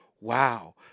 wow